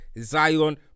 Zion